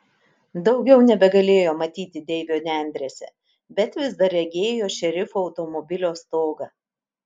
daugiau nebegalėjo matyti deivio nendrėse bet vis dar regėjo šerifo automobilio stogą